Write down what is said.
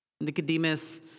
Nicodemus